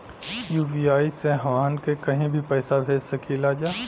UPI से हमहन के कहीं भी पैसा भेज सकीला जा?